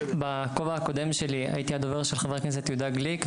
בכובע הקודם שלי הייתי הדובר של חבר הכנסת יהודה גליק,